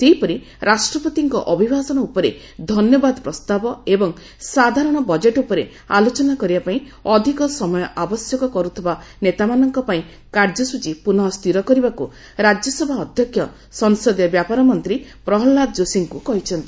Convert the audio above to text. ସେହିପରି ରାଷ୍ଟପତିଙ୍କ ଅଭିଭାଷଣ ଉପରେ ଧନ୍ୟବାଦ ପ୍ରସ୍ତାବ ଏବଂ ସାଧାରଣ ବକେଟ୍ ଉପରେ ଆଲୋଚନା କରିବା ପାଇଁ ଅଧିକ ସମୟ ଆବଶ୍ୟକ କରୁଥିବା ନେତାମାନଙ୍କ ପାଇଁ କାର୍ଯ୍ୟସ୍ଟଚୀ ପୁନଃ ସ୍ଥିର କରିବାକୁ ରାଜ୍ୟସଭା ଅଧ୍ୟକ୍ଷ ସଂସଦୀୟ ବ୍ୟାପାର ମନ୍ତ୍ରୀ ପ୍ରହଲ୍ଲାଦ ଯୋଶୀଙ୍କୁ କହିଚ୍ଛନ୍ତି